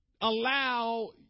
allow